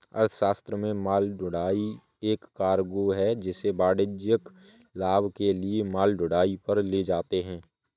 अर्थशास्त्र में माल ढुलाई एक कार्गो है जिसे वाणिज्यिक लाभ के लिए माल ढुलाई पर ले जाते है